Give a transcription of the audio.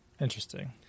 Interesting